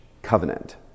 covenant